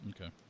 Okay